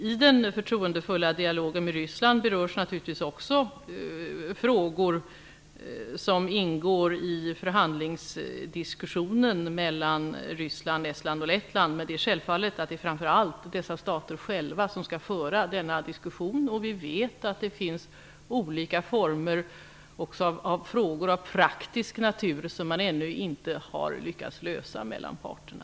I den förtroendefulla dialogen med Ryssland berörs naturligtvis också frågor som ingår i förhandlingsdiskussionen mellan Ryssland, Estland och Lettland, men det är självfallet framför allt dessa stater själva som skall föra denna diskussion. Vi vet också att det finns olika frågor av praktisk natur, som man ännu inte har lyckats lösa mellan parterna.